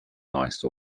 nice